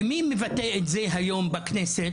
ומי מבטא את זה היום בכנסת?